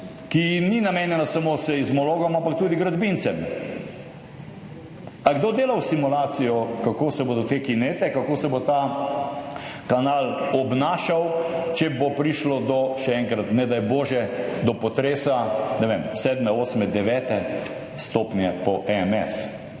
ki ni namenjena samo seizmologom, ampak tudi gradbincem. Ali je kdo delal simulacijo, kako se bodo te kinete, kako se bo ta kanal obnašal, če bo prišlo do, še enkrat, ne daj bože, do potresa, ne vem, sedme, osme, devete stopnje po EMS?